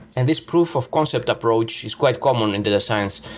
and this proof of concept approach is quite common in data science,